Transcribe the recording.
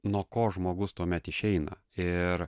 nuo ko žmogus tuomet išeina ir